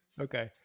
Okay